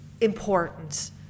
important